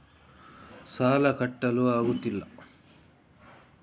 ಸಾಲ ಕಟ್ಟಲು ಆಗುತ್ತಿಲ್ಲ